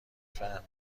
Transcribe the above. فهمه